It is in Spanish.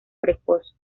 precoz